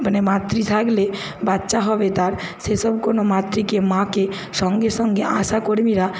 মানে মাতৃ থাকলে বাচ্চা হবে তার সে সব কোনো মাতৃকে মাকে সঙ্গে সঙ্গে আশাকর্মীরা